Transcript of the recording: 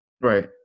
Right